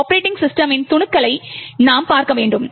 operating சிஸ்டமின் துணுக்குகளை நாம் பார்க்க வேண்டும்